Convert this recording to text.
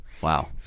Wow